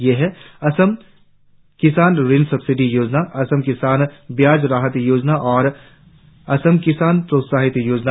ये है असम किसान ऋण सब्सिडी योजना असम किसान ब्याज राहत योजना और असम किसाण प्रोत्साहित योजना